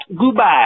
Goodbye